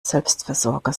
selbstversorger